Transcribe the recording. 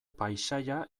paisaia